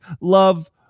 love